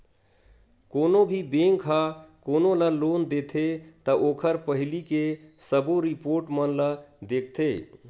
कोनो भी बेंक ह कोनो ल लोन देथे त ओखर पहिली के सबो रिपोट मन ल देखथे